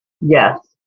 yes